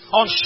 on